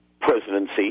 presidency